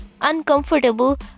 uncomfortable